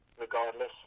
regardless